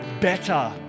better